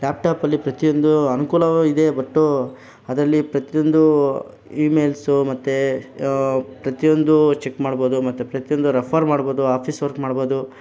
ಲ್ಯಾಪ್ಟಾಪಲ್ಲಿ ಪ್ರತಿಯೊಂದೂ ಅನುಕೂಲವು ಇದೆ ಬಟ್ಟು ಅದರಲ್ಲಿ ಪ್ರತಿಯೊಂದೂ ಇಮೇಲ್ಸು ಮತ್ತು ಪ್ರತಿಯೊಂದೂ ಚೆಕ್ ಮಾಡ್ಬೋದು ಮತ್ತು ಪ್ರತಿಯೊಂದು ರೆಫರ್ ಮಾಡ್ಬೋದು ಆಫೀಸ್ ವರ್ಕ್ ಮಾಡ್ಬೋದು